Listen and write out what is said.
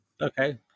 Okay